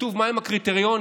כתוב מהם הקריטריונים